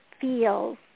feels